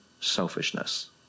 selfishness